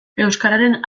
euskararen